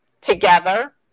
together